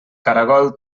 caragol